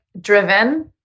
driven